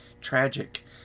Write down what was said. tragic